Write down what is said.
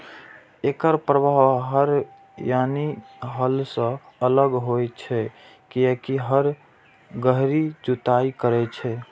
एकर प्रभाव हर यानी हल सं अलग होइ छै, कियैकि हर गहींर जुताइ करै छै